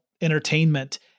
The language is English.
entertainment